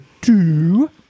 two